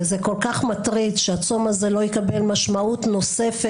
וזה כל כך מטריד, שהצום הזה לא יקבל משמעות נוספת.